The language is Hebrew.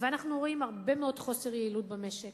אנחנו רואים הרבה מאוד חוסר יעילות במשק,